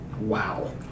wow